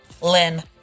Lynn